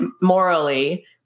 morally